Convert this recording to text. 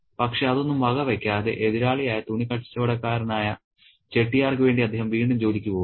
പക്ഷേ അതൊന്നും വകവയ്ക്കാതെ എതിരാളിയായ തുണിക്കച്ചവടക്കാരനായ ചെട്ടിയാർക്ക് വേണ്ടി അദ്ദേഹം വീണ്ടും ജോലിക്ക് പോകുന്നു